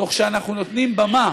תוך שאנחנו נותנים במה